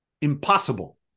impossible